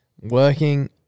working